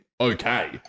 okay